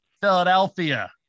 Philadelphia